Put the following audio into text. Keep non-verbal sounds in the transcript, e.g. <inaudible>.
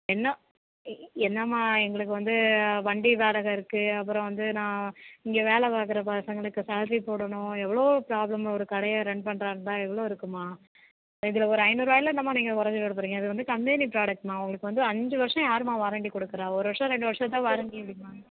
என்ன என்னம்மா எங்களுக்கு வந்து வண்டி வாடகை இருக்கு அப்புறம் வந்து நான் இங்கே வேலை பார்க்கற பசங்களுக்கு சால்ரி போடணும் எவ்வளோ ப்ராப்ளம் ஒரு கடையை ரன் பண்ணுறதா இருந்தால் எவ்வளோ இருக்கும்மா இதில் ஒரு ஐநூறுவாயில் என்னமா நீங்கள் குறஞ்சி போய்விட போகறீங்க இது வந்து கம்பெனி ப்ராடக்ட்மா உங்களுக்கு வந்து அஞ்சு வருஷம் யாருமா வாரன்ட்டி கொடுக்குறா ஒரு வருஷம் ரெண்டு வருஷோந்தான் வாரன்ட்டி <unintelligible>